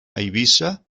eivissa